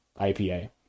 IPA